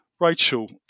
Rachel